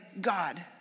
God